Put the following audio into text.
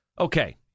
Okay